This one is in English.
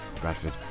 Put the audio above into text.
Bradford